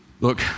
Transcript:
Look